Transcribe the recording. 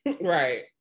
Right